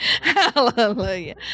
hallelujah